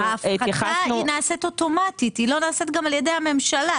ההפחתה נעשית אוטומטית היא לא נעשית גם על ידי הממשלה,